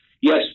yes